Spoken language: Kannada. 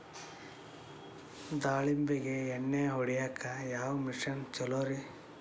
ದಾಳಿಂಬಿಗೆ ಎಣ್ಣಿ ಹೊಡಿಯಾಕ ಯಾವ ಮಿಷನ್ ಛಲೋರಿ?